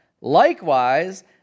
Likewise